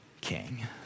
king